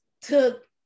took